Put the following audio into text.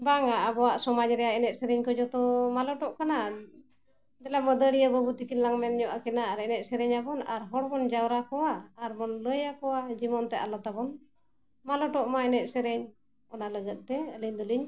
ᱵᱟᱝᱟ ᱟᱵᱚᱣᱟᱜ ᱥᱚᱢᱟᱡᱽ ᱨᱮᱭᱟᱜ ᱮᱱᱮᱡ ᱥᱮᱨᱮᱧ ᱠᱚ ᱡᱚᱛᱚ ᱢᱟᱞᱚᱴᱚᱜ ᱠᱟᱱᱟ ᱫᱮᱞᱟ ᱢᱟᱹᱫᱟᱹᱲᱤᱭᱟᱹ ᱵᱟᱹᱵᱩ ᱛᱤᱠᱤᱱ ᱞᱟᱝ ᱢᱮᱱ ᱧᱚᱜ ᱟᱹᱠᱤᱱᱟ ᱟᱨ ᱮᱱᱮᱡ ᱥᱮᱨᱮᱧᱟᱵᱚᱱ ᱟᱨ ᱦᱚᱲᱵᱚᱱ ᱡᱟᱣᱨᱟ ᱠᱚᱣᱟ ᱟᱨ ᱵᱚᱱ ᱞᱟᱹᱭᱟᱠᱚᱣᱟ ᱡᱮᱢᱚᱱ ᱛᱮ ᱟᱞᱚ ᱛᱟᱵᱚᱱ ᱢᱟᱞᱚᱴᱚᱜ ᱢᱟ ᱮᱱᱮᱡ ᱥᱮᱨᱮᱧ ᱚᱱᱟ ᱞᱟᱹᱜᱤᱫ ᱛᱮ ᱟᱹᱞᱤᱧ ᱫᱚᱞᱤᱧ